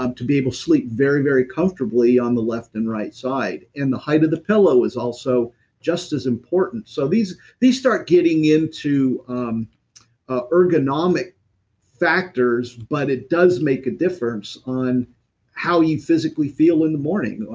um to be able to sleep very, very comfortably on the left and right side. and the height of the pillow is also just as important. so these these start getting into um ah ergonomic factors, but it does make a difference on how you physically feel in the morning. ah